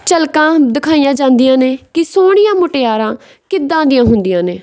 ਝਲਕਾਂ ਦਿਖਾਈਆਂ ਜਾਂਦੀਆਂ ਨੇ ਕਿ ਸੋਹਣੀਆਂ ਮੁਟਿਆਰਾਂ ਕਿੱਦਾਂ ਦੀਆਂ ਹੁੰਦੀਆਂ ਨੇ